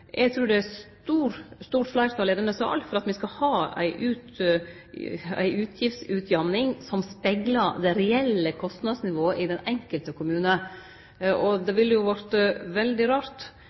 Eg trur det er eit stort fleirtal i denne salen for at me skal ha ei utgiftsutjamning som speglar det reelle kostnadsnivået i den enkelte kommunen. Det ville vorte veldig rart